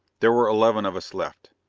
there were eleven of us left.